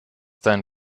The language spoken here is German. dein